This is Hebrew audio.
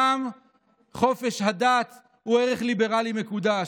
גם חופש הדת הוא ערך ליברלי מקודש.